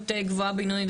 מסוכנות גבוהה בינונית?